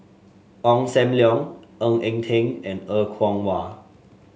Ong Sam Leong Ng Eng Teng and Er Kwong Wah